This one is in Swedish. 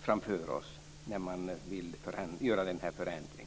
främst när man vill göra den här förändringen?